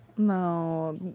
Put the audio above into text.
No